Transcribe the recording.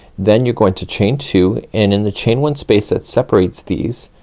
then you're going to chain two, and in the chain one space that separates these,